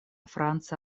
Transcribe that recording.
franca